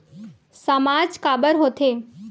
सामाज काबर हो थे?